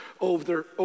over